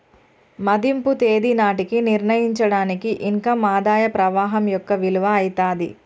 మదింపు తేదీ నాటికి నిర్ణయించబడిన ఇన్ కమ్ ఆదాయ ప్రవాహం యొక్క విలువ అయితాది